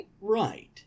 right